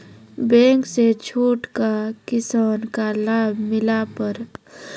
Bank से छूट का किसान का लाभ मिला पर?